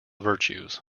virtues